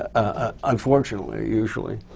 unfortunately, usually.